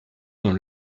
dans